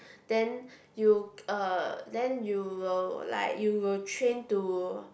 then you uh then you will like you will train to